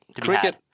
Cricket